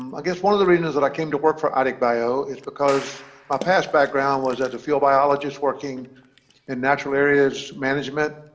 i guess one of the reasons that i came to work for idigbio is because my past background was as a field biologist working in natural areas management